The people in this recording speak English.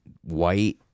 white